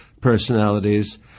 personalities